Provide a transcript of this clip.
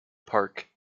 park